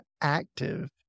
active